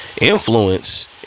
Influence